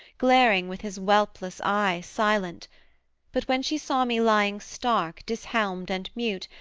glaring with his whelpless eye, silent but when she saw me lying stark, dishelmed and mute,